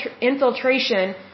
infiltration